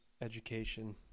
education